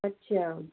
ਅੱਛਾ